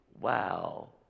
wow